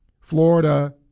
Florida